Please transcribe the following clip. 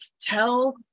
tell